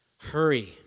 hurry